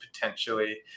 potentially